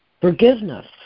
Forgiveness